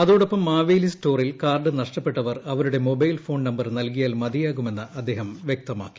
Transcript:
അതോടൊപ്പം മാവേലി സ്റ്റോറിൽ കാർഡ് നഷ്ടപ്പെട്ടവർ അവരുടെ മൊബൈൽ ഫോൺ നമ്പർ നൽകിയാൽ മതിയാകുമെന്ന് അദ്ദേഹം വൃക്തമാക്കി